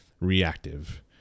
reactive